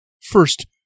First